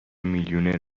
میلیونر